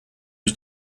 was